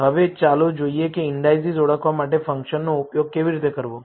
હવે ચાલો જોઈએ કે ઈન્ડાઈસિસ ઓળખવા માટે આ ફંકશનનો ઉપયોગ કેવી રીતે કરવો